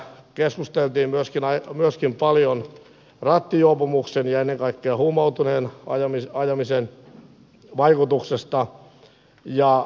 keskusteltiin myöskin paljon rattijuopumuksen ja ennen kaikkea huumautuneena ajamisen vaikutuksista